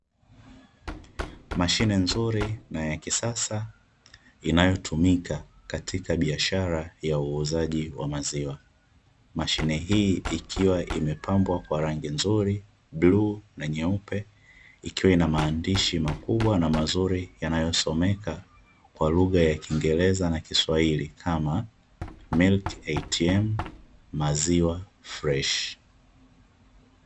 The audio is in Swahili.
Mashine nzuri na ya kisasa inayotumika katika biashara ya uuzaji wa maziwa, mashine hii ikiwa imepambwa kwa rangi nzuri bluu na nyeupe ikiwa ina maandishi makubwa na mazuri yanayosomeka kwa lugha ya kiingereza na kiswahili kama "milk ATM maziwa fresh".